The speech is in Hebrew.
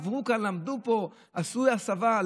עברו לכאן, למדו פה, עשו הסבה.